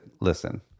listen